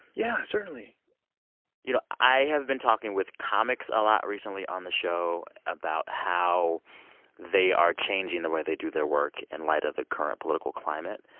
yeah, certainly you know, i have been talking with comics a lot recently on the show about how they are changing the way they do their work in light of the current political climate.